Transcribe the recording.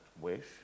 wish